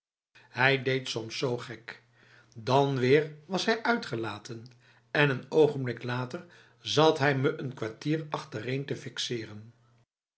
hij deed soms zo gek dan weer was hij uitgelaten en een ogenblik later zat hij me n kwartier achtereen te fixeren